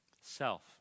Self